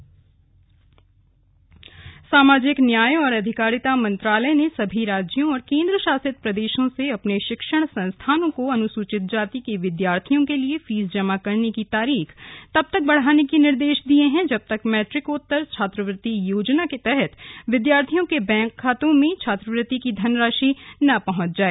सुचित सामाजिक न्याय और अधिकारिता मंत्रालय ने सभी राज्यों और केंद्र शासित प्रदेशों से अपने शिक्षण संस्थानों को अनुसूचित जाति के विद्यार्थियों के लिए फीस जमा करने की तारीख तब तक बढ़ाने के निर्देश दिए हैं जब तक मैट्रिकोत्तर छात्रवृत्ति योजना के तहत विद्यार्थियों के बैंक खातों में छात्रवृत्ति की धनराशि नहीं पहुंच जाती